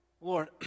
Lord